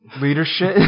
Leadership